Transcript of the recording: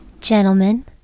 Gentlemen